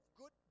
good